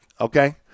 okay